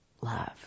love